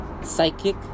Psychic